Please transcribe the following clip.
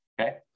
Okay